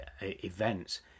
events